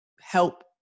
help